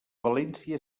valència